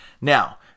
Now